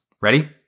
Ready